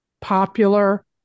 popular